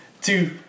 two